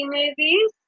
movies